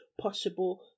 possible